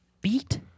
beat